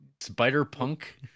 Spider-Punk